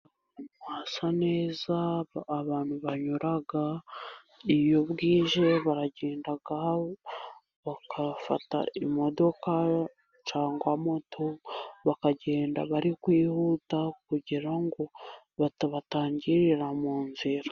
Ahantu hasa neza abantu banyura, iyo bwije baragenda bakafata imodoka cyangwa moto, bakagenda bari kwihuta, kugira ngo batabatangirira mu nzira.